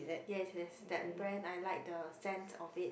yes yes that brand I like the scent of it